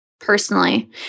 Personally